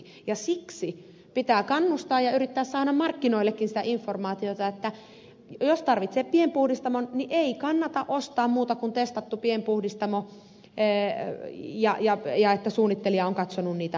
siksi pitää kannustaa ja yrittää saada markkinoillekin sitä informaatiota että jos tarvitsee pienpuhdistamon niin ei kannata ostaa muuta kuin testattu pienpuhdistamo ja että suunnittelija on katsonut niitä raportteja